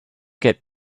get